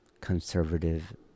conservative